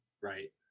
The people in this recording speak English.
Right